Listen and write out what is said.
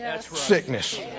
sickness